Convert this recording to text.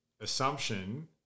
assumption